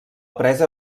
presa